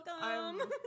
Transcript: welcome